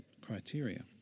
criteria